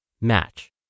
Match